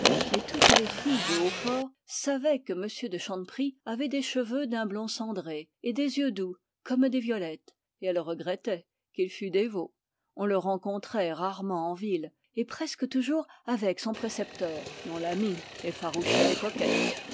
plus mais les filles de hautfort savaient que m de chanteprie avait des cheveux d'un blond cendré et des yeux doux comme des violettes et elles regrettaient qu'il fût dévot on le rencontrait rarement en ville et presque toujours avec son précepteur dont la mine effarouchait les coquettes